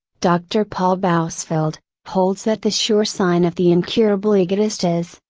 doctor paul bousfeld, holds that the sure sign of the incurable egotist is,